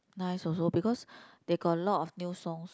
nice also because they got a lot of new songs